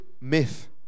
myth